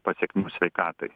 pasekmių sveikatai